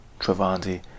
travanti